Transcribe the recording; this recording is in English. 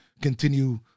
continue